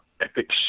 epic